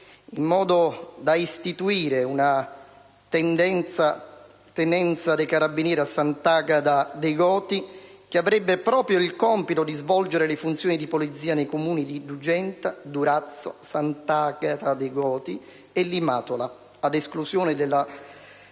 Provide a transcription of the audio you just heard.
in modo da istituire una tenenza dei Carabinieri a Sant'Agata de' Goti, che avrebbe proprio il compito di svolgere le funzioni di polizia nei Comuni di Dugenta, Durazzano, Sant'Agata de' Goti, Limatola, ad esclusione della